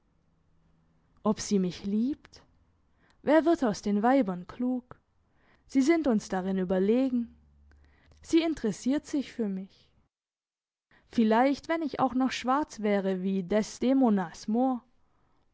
ob sie mich liebt wer wird aus den weibern klug sie sind uns darin überlegen sie interessiert sich für mich vielleicht wenn ich auch noch schwarz wäre wie